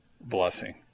blessing